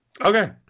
Okay